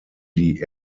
die